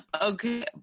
Okay